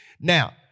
Now